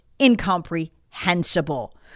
incomprehensible